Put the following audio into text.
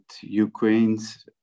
Ukraine's